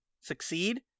succeed